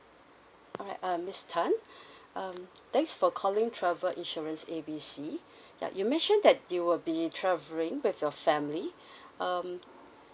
alright uh miss tan um thanks for calling travel insurance A B C yup you mentioned that you will be travelling with your family um